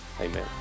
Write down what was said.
Amen